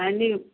ఏవండి